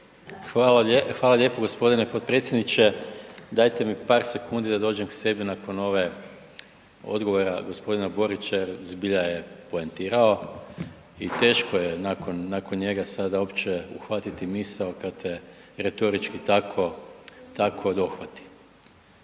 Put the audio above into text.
hvala lijepa gospodine potpredsjedniče dajte mi par sekundi da dođem k sebi nakon ovog odgovora gospodina Borića jer zbilja je poentirao i teško je nakon njega sada uopće uhvatiti misao kad te retorički tako dohvati.